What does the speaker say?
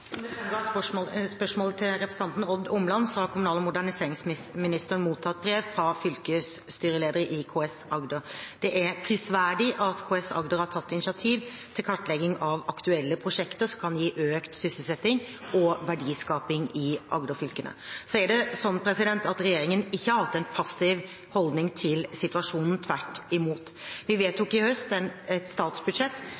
det framgår av spørsmålet fra representanten Odd Omland, har kommunal- og moderniseringsministeren mottatt brev fra fylkesstyrelederen i KS Agder. Det er prisverdig at KS Agder har tatt initiativ til kartlegging av aktuelle prosjekter som kan gi økt sysselsetting og verdiskaping i Agder-fylkene. Så er det slik at regjeringen ikke har hatt en passiv holdning til situasjonen – tvert imot. Vi